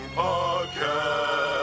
podcast